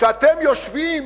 שאתם יושבים